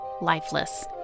lifeless